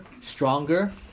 stronger